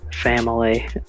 family